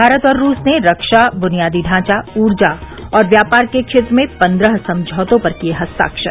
भारत और रूस ने रक्षा बुनियादी ढांचा ऊर्जा और व्यापार के क्षेत्र में पन्द्रह समझौतों पर किए हस्ताक्षर